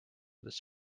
this